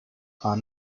are